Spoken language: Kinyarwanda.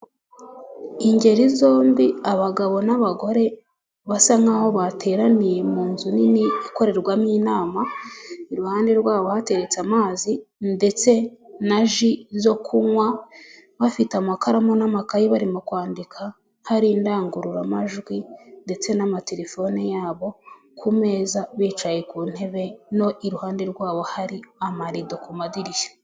Ingeri zombi abagabo n'abagore basa nkaho bateraniye munzu nini ikorerwamo inama iruhande rwabo hateretse amazi ndetse naji zo kunywa bafite amakaramu n'amakayi barimo kwandika hari indangururamajwi ndetse n'amatelefone yabo ku meza bicaye ku ntebe no iruhande rwabo hari amarido ku madirishya.